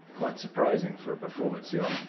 quite surprising for a performance yacht.